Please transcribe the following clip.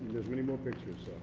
there's many more pictures.